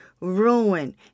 ruin